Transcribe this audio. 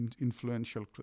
influential